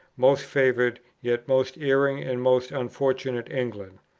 most favoured, yet most erring and most unfortunate england.